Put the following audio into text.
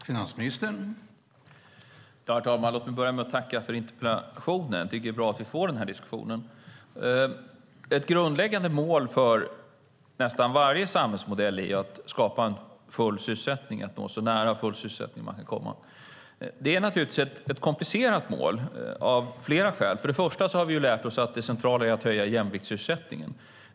Herr talman! Låt mig börja med att tacka Bo Bernhardsson för interpellationen! Jag tycker att det är bra att vi får den här diskussionen. Ett grundläggande mål för nästan varje samhällsmodell är att komma så nära full sysselsättning som möjligt. Det är naturligtvis ett komplicerat mål av flera skäl. För det första har vi lärt oss att det centrala är att höja jämviktssysselsättningen.